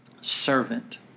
servant